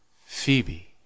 Phoebe